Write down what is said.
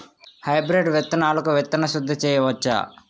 Hybrid విత్తనాలకు విత్తన శుద్ది చేయవచ్చ?